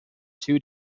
two